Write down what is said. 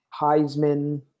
Heisman